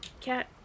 cat